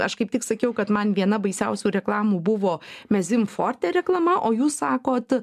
aš kaip tik sakiau kad man viena baisiausių reklamų buvo mezym forte reklama o jūs sakot